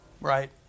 right